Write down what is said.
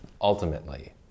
ultimately